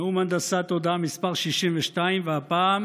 נאום הנדסת תודעה מס' 62, והפעם